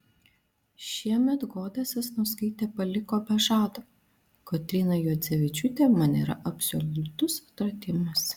šiemet goda sasnauskaitė paliko be žado kotryna juodzevičiūtė man yra absoliutus atradimas